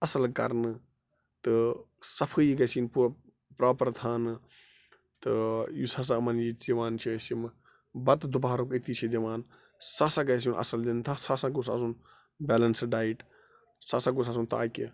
اَصٕل کَرنہٕ تہٕ صفٲیی گژھِ یِنۍ پو پرٛاپَر تھانہٕ تہٕ یُس ہسا یِمَن ییٚتہِ یِوان چھِ أسۍ یِم بَتہٕ دُپھارُک أتی چھِ دِوان سُہ ہسا گژھِ یُن اَصٕل دِنہٕ تَتھ ہسا گوٚژھ آسُن بیلَنسٕڈ ڈایِٹ سُہ ہسا گوٚژھ آسُن تاکہِ